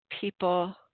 people